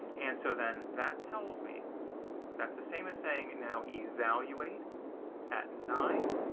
and so then, that tells me that's the same as saying now evaluate at nine,